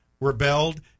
rebelled